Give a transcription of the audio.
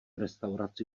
restauraci